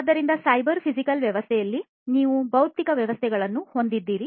ಆದ್ದರಿಂದ cyber physical ವ್ಯವಸ್ಥೆಯಲ್ಲಿ ನೀವು ಭೌತಿಕ ವ್ಯವಸ್ಥೆಗಳನ್ನು ಹೊಂದಿದ್ದೀರಿ